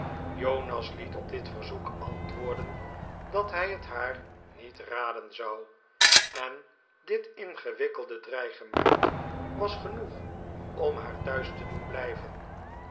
jonas liet op dit verzoek antwoorden dat hij het naar niet raden zouj en dit ingewikkelde dxeigement was genoeg om naar thuis te doen blijven